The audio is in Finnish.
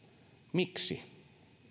miksi